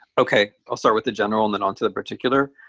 okay, i'll start with the general and then onto the particular.